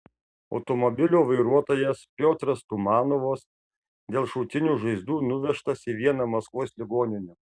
automobilio vairuotojas piotras tumanovas dėl šautinių žaizdų nuvežtas į vieną maskvos ligoninių